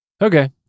okay